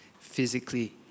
physically